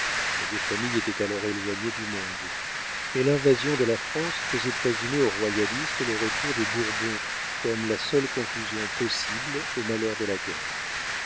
les deux familles étaient alors éloignées du monde mais l'invasion de la france faisait présumer aux royalistes le retour des bourbons comme la seule conclusion possible aux malheurs de la guerre